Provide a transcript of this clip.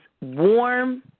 warm